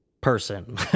person